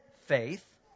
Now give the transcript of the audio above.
faith